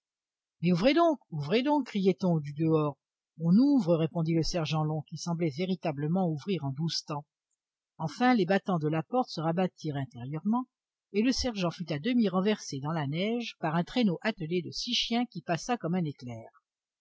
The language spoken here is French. mais ouvrez donc ouvrez donc criait-on du dehors on ouvre répondit le sergent long qui semblait véritablement ouvrir en douze temps enfin les battants de la porte se rabattirent intérieurement et le sergent fut à demi renversé dans la neige par un traîneau attelé de six chiens qui passa comme un éclair